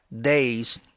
days